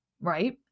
Right